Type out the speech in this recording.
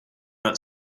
that